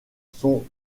sont